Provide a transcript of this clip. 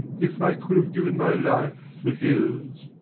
if i could have given my life for his.